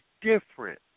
different